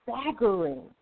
staggering